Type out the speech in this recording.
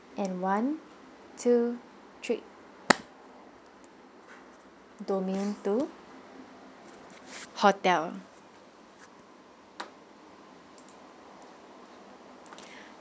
and one two three domain two hotel